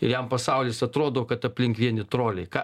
ir jam pasaulis atrodo kad aplink vieni troliai ką